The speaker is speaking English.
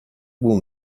will